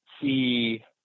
see